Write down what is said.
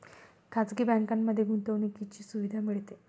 खाजगी बँकांमध्ये गुंतवणुकीची सुविधा मिळते